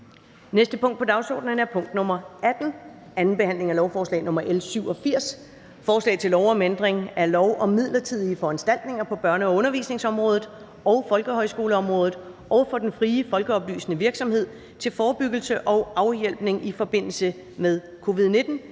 næste punkt på dagsordenen er: 18) 2. behandling af lovforslag nr. L 87: Forslag til lov om ændring af lov om midlertidige foranstaltninger på børne- og undervisningsområdet og folkehøjskoleområdet og for den frie folkeoplysende virksomhed til forebyggelse og afhjælpning i forbindelse med covid-19.